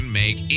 make